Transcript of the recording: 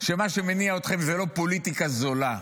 שמה שמניע אתכם זו לא פוליטיקה זולה,